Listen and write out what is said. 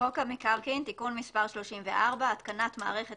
חוק המקרקעין (תיקון מס' 34) (התקנת מערכת